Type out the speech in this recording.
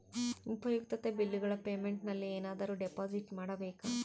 ಉಪಯುಕ್ತತೆ ಬಿಲ್ಲುಗಳ ಪೇಮೆಂಟ್ ನಲ್ಲಿ ಏನಾದರೂ ಡಿಪಾಸಿಟ್ ಮಾಡಬೇಕಾ?